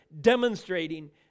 demonstrating